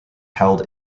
held